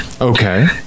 Okay